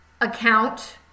account